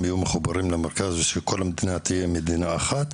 יהיו מחוברים למרכז ושכל המדינה תהיה מדינה אחת,